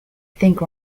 think